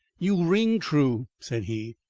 you ring true, said he.